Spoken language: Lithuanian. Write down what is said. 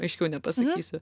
aiškiau nepasakysi